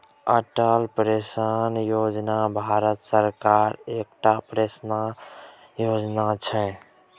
Atal pension योजना भारत सरकारक एकटा पेंशन योजना छै